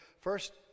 first